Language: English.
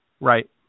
Right